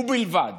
ובלבד